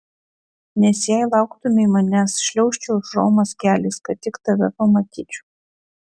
nes jei lauktumei manęs šliaužčiau iš romos keliais kad tik tave pamatyčiau